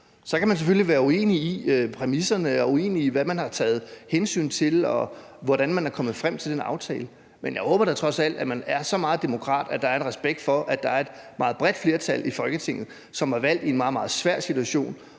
Så kan man selvfølgelig være uenig i præmisserne og uenig i, hvad man har taget hensyn til, og hvordan man er kommet frem til den aftale. Men jeg håber da trods alt, at man er så meget demokrat, at der er en respekt for, at der er et meget bredt flertal i Folketinget, som i en meget, meget svær situation